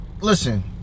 listen